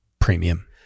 premium